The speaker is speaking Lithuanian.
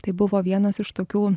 tai buvo vienas iš tokių